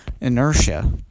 inertia